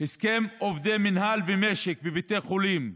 הסכם עובדי מינהל ומשק בבתי חולים,